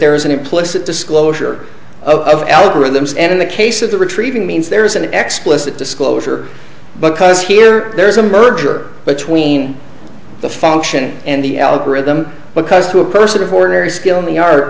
there is an implicit disclosure of algorithms and in the case of the retrieving means there is an exquisite disclosure because here there's a merger between the function and the algorithm because to a person of ordinary skill